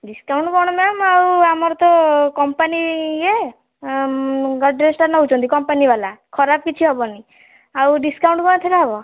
discount କ'ଣ ma'am ଆଉ ଆମର ତ କମ୍ପାନୀ ଇଏ ଗଡ଼୍ରେଜ୍ଟା ନେଉଛନ୍ତି କମ୍ପାନୀ ବାଲା ଖରାପ କିଛି ହବନି ଆଉ ଡିସକାଉଣ୍ଟ କ'ଣ ଏଥିରେ ହବ